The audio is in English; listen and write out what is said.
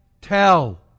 tell